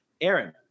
Aaron